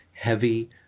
heavy